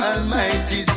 Almighty